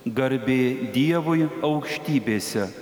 garbė dievui aukštybėse